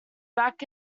back